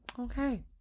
Okay